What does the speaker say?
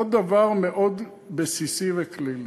עוד דבר מאוד בסיסי וכללי: